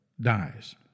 dies